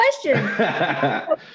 question